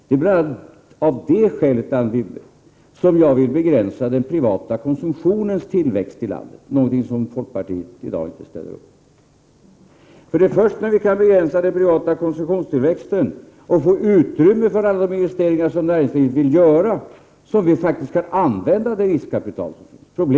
Det är bl.a. av det skälet, Anne Wibble, som jag vill begränsa den privata konsumtionens tillväxt i landet — något som folkpartiet i dag inte ställer upp på. Det är först när vi kan begränsa den privata konsumtionstillväxten och få utrymme för alla de investeringar som näringslivet vill göra som vi faktiskt kan använda det riskkapital som finns.